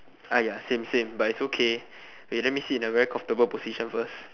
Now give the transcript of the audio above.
ah ya same same but it's okay wait let me sit in a very comfortable position first